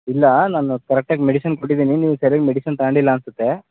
ಇಲ್ಲ ನಾನು ಕರೆಕ್ಟ್ ಆಗಿ ಮೆಡಿಸಿನ್ ಕೊಟ್ಟಿದ್ದೀನಿ ನೀವು ಸರ್ಯಾಗಿ ಮೆಡಿಸನ್ ತಗೊಂಡಿಲ್ಲ ಅನಿಸುತ್ತೆ